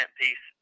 piece